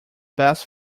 best